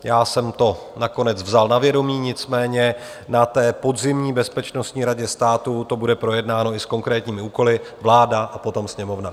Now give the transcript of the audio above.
Já jsem to nakonec vzal na vědomí, nicméně na té podzimní bezpečnostní radě státu to bude projednáno i s konkrétními úkoly, vláda a potom Sněmovna.